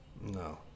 No